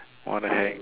what the heck